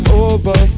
over